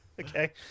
Okay